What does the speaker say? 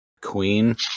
queen